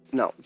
no